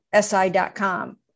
SI.com